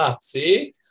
See